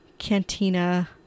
cantina